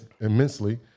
immensely